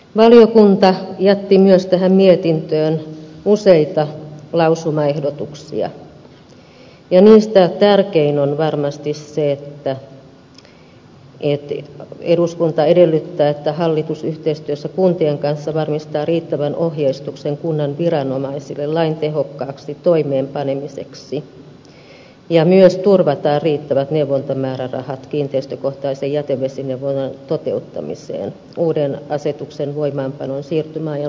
valiokunta jätti tähän mietintöön myös useita lausumaehdotuksia ja niistä tärkein on varmasti se että eduskunta edellyttää että hallitus yhteistyössä kuntien kanssa varmistaa riittävän ohjeistuksen kunnan viranomaisille lain tehokkaaksi toimeenpanemiseksi ja että hallitus turvaa kunnille riittävän neuvontamäärärahan kiinteistökohtaisen jätevesineuvonnan toteuttamiseen uuden asetuksen voimaanpanon siirtymäajan loppuun saakka